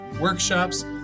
workshops